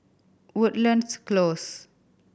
Woodlands Close